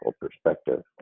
perspective